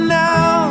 now